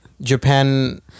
Japan